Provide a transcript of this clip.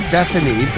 Bethany